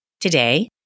Today